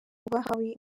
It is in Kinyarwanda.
bahawe